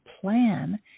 plan